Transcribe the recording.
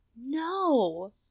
No